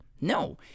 No